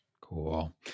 Cool